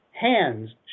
Hands